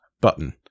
button